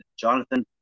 Jonathan